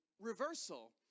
reversal